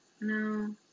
No